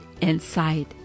inside